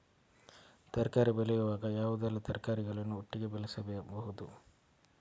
ತರಕಾರಿ ಬೆಳೆಯುವಾಗ ಯಾವುದೆಲ್ಲ ತರಕಾರಿಗಳನ್ನು ಒಟ್ಟಿಗೆ ಬೆಳೆಸಬಹುದು?